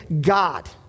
God